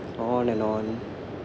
on and on